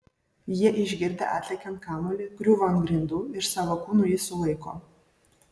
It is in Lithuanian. jie išgirdę atlekiant kamuolį griūvą ant grindų ir savo kūnu jį sulaiko